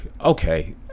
okay